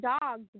dogs